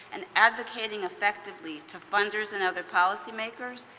and advocating effectively to funders and other policymakers,